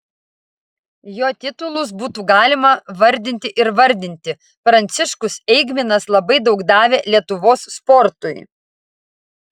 jo titulus būtų galima vardinti ir vardinti pranciškus eigminas labai daug davė lietuvos sportui